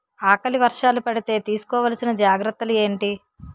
ఆకలి వర్షాలు పడితే తీస్కో వలసిన జాగ్రత్తలు ఏంటి?